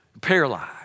Paralyzed